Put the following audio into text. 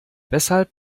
weshalb